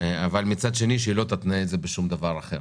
ובין מצד שני שהיא לא תתנה את זה בשום דבר אחר.